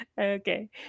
Okay